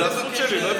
זו הזכות שלי.